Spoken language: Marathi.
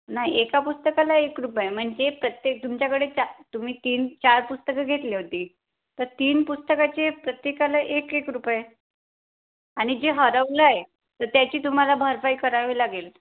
नाही एका पुस्तकाला एक रुपया म्हणजे प्रत्येक तुमच्याकडे चा तुम्ही तीन चार पुस्तकं घेतली होती तर तीन पुस्तकाची प्रत्येकाला एक एक रुपये आणि जे हरवलं आहे तर त्याची तुम्हाला भरपाई करावी लागेल